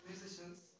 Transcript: musicians